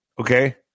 okay